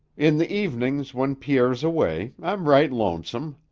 in the evenings when pierre's away, i'm right lonesome.